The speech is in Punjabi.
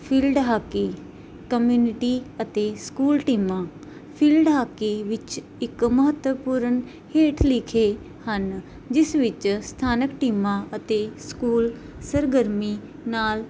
ਫੀਲਡ ਹਾਕੀ ਕਮਿਊਨਿਟੀ ਅਤੇ ਸਕੂਲ ਟੀਮਾਂ ਫੀਲਡ ਹਾਕੀ ਵਿੱਚ ਇੱਕ ਮਹੱਤਵਪੂਰਨ ਹੇਠ ਲਿਖੇ ਹਨ ਜਿਸ ਵਿੱਚ ਸਥਾਨਕ ਟੀਮਾਂ ਅਤੇ ਸਕੂਲ ਸਰਗਰਮੀ ਨਾਲ